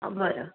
अ बरं